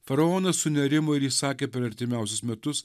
faraonas sunerimo ir įsakė per artimiausius metus